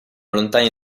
lontani